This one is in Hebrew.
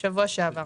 שבוע שעבר.